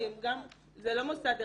זה לא מוסד אחד.